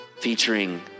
Featuring